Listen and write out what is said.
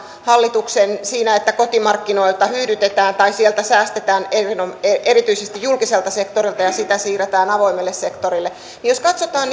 hallituksen logiikkaan siinä että kotimarkkinoita hyydytetään tai säästetään erityisesti julkiselta sektorilta ja sitä siirretään avoimelle sektorille niin jos katsotaan